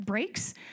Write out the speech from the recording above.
breaks